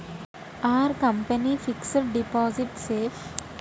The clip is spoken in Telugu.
Are company fixed deposit safe?